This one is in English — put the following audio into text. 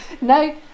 No